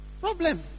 problem